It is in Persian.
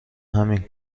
همین